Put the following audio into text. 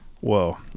Whoa